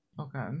Okay